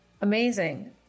Amazing